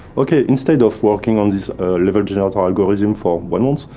okay, instead of working on this level generator algorithm for one month,